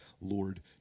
Lord